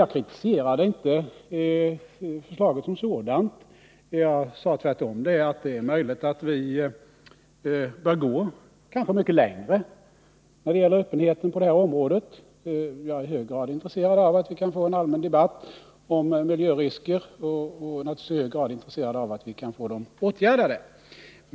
Jag kritiserade inte förslaget som sådant. Jag sade tvärtom att det är möjligt att vi bör gå mycket längre när det gäller öppenheten på det här området. Jag är i hög grad intresserad av att vi kan få en allmän debatt om miljörisker och naturligtvis intresserad av att vi kan få riskerna åtgärdade.